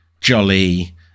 jolly